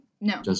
No